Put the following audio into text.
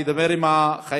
ידבר עם החייל,